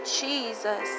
Jesus